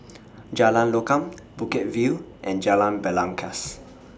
Jalan Lokam Bukit View and Jalan Belangkas